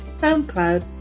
SoundCloud